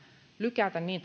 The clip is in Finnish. lykätä niin